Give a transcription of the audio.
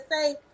say